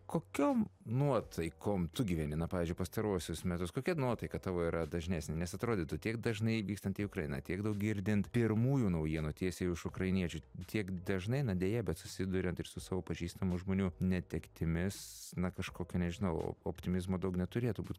kokiom nuotaikom tu gyveni na pavyzdžiui pastaruosius metus kokia nuotaika tavo yra dažnesnė nes atrodytų tiek dažnai vykstant į ukrainą tiek daug girdint pirmųjų naujienų tiesiai iš ukrainiečių tiek dažnai na deja bet susiduriant ir su savo pažįstamų žmonių netektimis na kažkokio nežinau optimizmo daug neturėtų būt